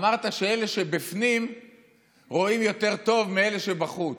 אמרת שאלה שבפנים רואים יותר טוב מאלה שבחוץ.